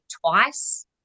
twice